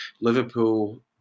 Liverpool